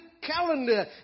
calendar